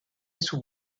sous